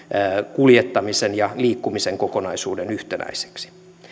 kuljettamisen ja liikkumisen kokonaisuuden yhtenäiseksi